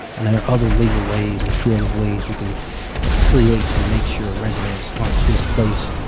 and there are other legal ways and creative ways you can create to make sure ah residents aren't displaced